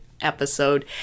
episode